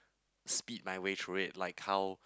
speed my way through it like how